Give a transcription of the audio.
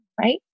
Right